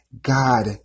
god